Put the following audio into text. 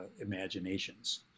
imaginations